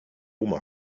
oma